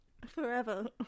Forever